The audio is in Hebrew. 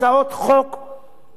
בפני חברי הכנסת,